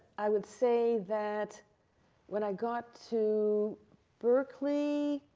i would say that when i got to berkeley,